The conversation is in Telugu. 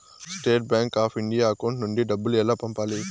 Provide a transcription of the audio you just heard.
State bank of India account నుంచి డబ్బులు ఎలా పంపాలి?